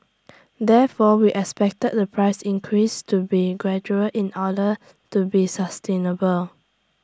therefore we expected the price increase to be gradual in order to be sustainable